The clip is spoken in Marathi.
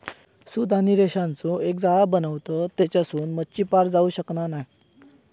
सूत आणि रेशांचो एक जाळा बनवतत तेच्यासून मच्छी पार जाऊ शकना नाय